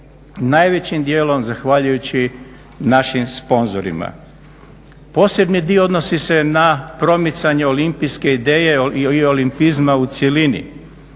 najvećim dijelom zahvaljujući našim sponzorima. Posebni dio odnosi se na promicanje olimpijske ideje i olimpizma u cjelini.